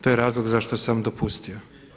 To je razlog zašto sam dopustio.